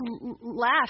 laugh